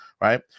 right